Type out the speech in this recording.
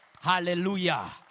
Hallelujah